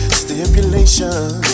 stipulations